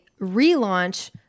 relaunch